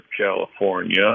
California